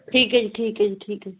ਠੀਕ ਹੈ ਜੀ ਠੀਕ ਹੈ ਜੀ ਠੀਕ ਹੈ